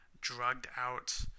drugged-out